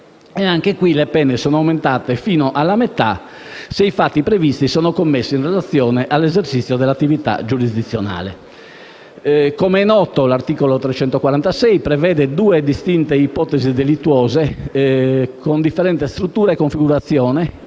caso le pene sono aumentate fino alla metà se i fatti previsti sono commessi in relazione all'esercizio di attività giudiziarie. Come noto, l'articolo 346 del codice penale prevede due distinte ipotesi delittuose, con differente struttura e configurazione,